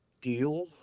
deal